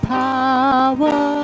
power